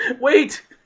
Wait